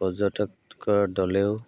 পৰ্যটকৰ দলেও